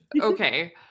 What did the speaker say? Okay